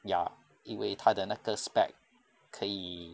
ya 因为它的那个 spec 可以